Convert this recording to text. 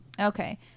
Okay